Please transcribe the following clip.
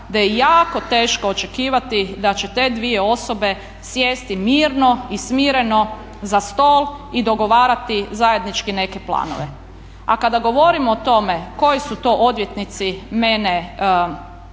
da je jako teško očekivati da će te dvije osobe sjesti mirno i smireno za stol i dogovarati zajednički neke planove. A kada govorimo o tome koji su to odvjetnici mene informirali